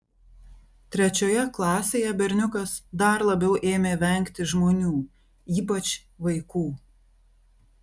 trečioje klasėje berniukas dar labiau ėmė vengti žmonių ypač vaikų